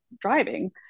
driving